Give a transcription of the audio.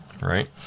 right